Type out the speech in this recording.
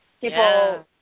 people –